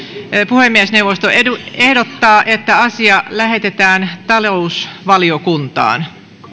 puhemiesneuvosto ehdottaa että asia lähetetään talousvaliokuntaan